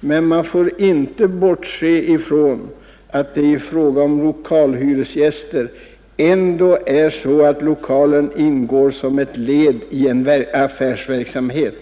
men man får inte bortse ifrån att det i fråga om lokalhyresgäster ändå är så att lokalen ingår som ett led i en affärsverksamhet.